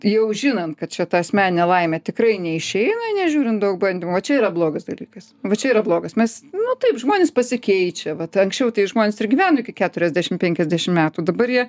jau žinant kad čia ta asmeninė laimė tikrai neišeina nežiūrint daug bandymų va čia yra blogas dalykas va čia yra blogas mes nu taip žmonės pasikeičia vat anksčiau tai žmonės ir gyveno iki keturiasdešim penkiasdešim metų dabar jie